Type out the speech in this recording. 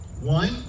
One